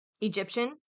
Egyptian